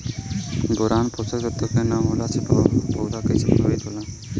Boron पोषक तत्व के न होला से पौधा कईसे प्रभावित होला?